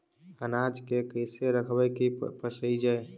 अनाज के कैसे रखबै कि न पसिजै?